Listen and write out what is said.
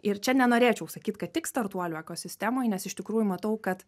ir čia nenorėčiau sakyt kad tik startuolių ekosistemoj nes iš tikrųjų matau kad